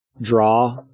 draw